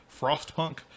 Frostpunk